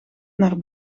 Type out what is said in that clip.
naar